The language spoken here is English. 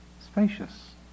Spacious